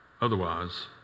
Otherwise